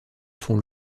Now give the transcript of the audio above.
font